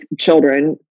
children